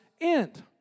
end